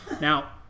Now